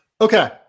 Okay